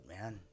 man